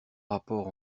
rapport